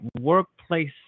workplace